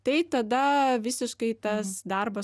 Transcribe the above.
tai tada visiškai tas darbas